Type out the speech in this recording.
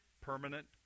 permanent